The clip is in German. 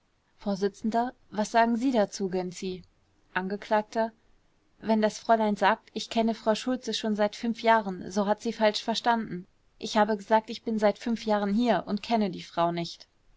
vors was sagen sie dazu gönczi angekl wenn das fräulein sagt ich kenne frau schultze schon seit jahren so hat sie falsch verstanden ich habe gesagt ich bin seit jahren hier und kenne die frau nicht